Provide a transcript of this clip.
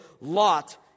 lot